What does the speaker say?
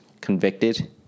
convicted